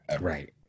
Right